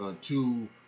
two